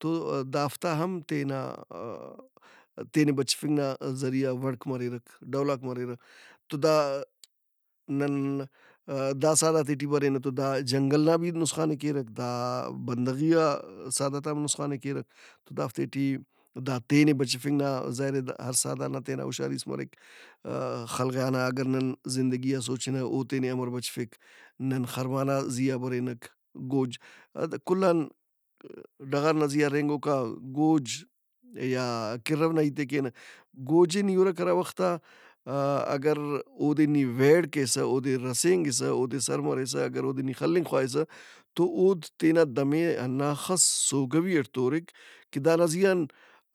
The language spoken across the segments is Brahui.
تودافتا ہم تینا آ-آ- تینے بچفنگ نا ذریعہ وڑک مریرہ، ڈولاک مریرہ۔ تو دا نن داساناتے ٹی برینہ تو دا جنگل نا بھی نسخان ئے کیرہ دا بدغیئا سہدارتام نسخان ئے کیرہ تو دافتے ٹی دا تینے بچفنگ نا ظاہراے ہر سہدار نا تینا ہُشارِیس مریک۔ خلغیا نا اگر نن زندگی آ سوچِنہ او تینے امر بچفک؟ نن خرما نا زی آ برینک، گوج دا کُل ان ڈغارنا زی آ رہینگوکا گوج، یا کِرّو نا ہیت ئے کینہ۔ گوج ئے نی ہُرک ہرا وخت آ آ- اگر اودے نی وئیڑ کیسہ اودے رسینگِسہ اوسر مریسہ اگر اودے نی خلنگ خواہسہ تو اود تینا دم ئے ہنّاخس سوگوئی اٹ تورِک کہ دانا زی ان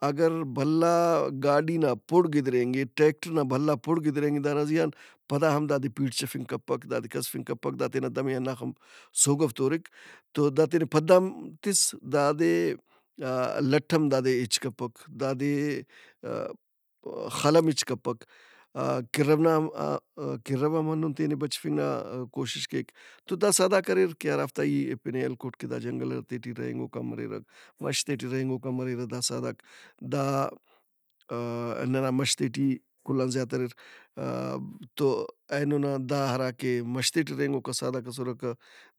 اگر بھلا گاڑی نا پُڑ گِدرینکہِ، ٹیکٹر نا بھلا پُڑ گِدرینگہِ دانا زی ان پدا ہم دادے پیڑچیفنگ کپک۔ دادے کہسفنگ کپک۔ دا تینا دم ئے ہنّاخہ سوگو تورِک۔ تو دا تینے پدّام تِس دادے آـ لٹھ ہم دادے ہِچ کپک، دادے ا-ا- خل ہم ہِچ کپک۔ آ- آ- کِرّو نام کِرّو ہم ہنُّن تینے بچفنگ نا کوشش کیک۔ تو دا سہدارک اریرکہ ہرافتا ای پِن ئے ہلکُٹ کہ دا جنگلاتے ٹی رہینگوکا مریرہ، مَشتے ٹی رہینگوکا مریرہ دا سہدارک۔ دا آ- ننا مَشتے ٹی کل آن زیادہ اریر۔ آ- تو اینونا دا ہراکہ مَشتے ٹی رہینگوکا سہدارک اسرک۔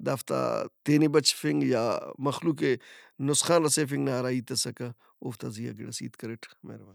دافتا تینے بچفنگ یا مخلوق ئے نسخان رسیفنگ نا ہرا ہیت اسکہ اوفتا زی آ گِڑاس ہیت کریٹ۔ مہربانی۔